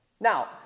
Now